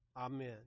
Amen